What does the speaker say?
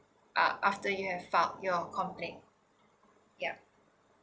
uh after you have filed your complain ya